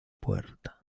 puerta